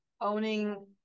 owning